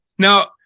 Now